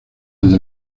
desde